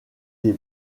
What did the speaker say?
des